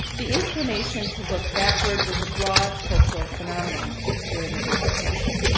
the inclination to look backward was a broad cultural phenomenon during the great depression.